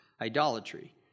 idolatry